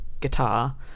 guitar